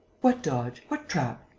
what dodge? what trap?